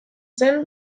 zen